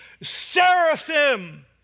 seraphim